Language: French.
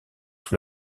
sous